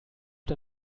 der